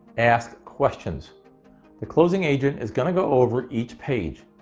ask questions the closing agent is going to go over each page.